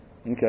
Okay